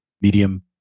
medium